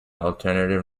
alternative